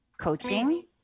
coaching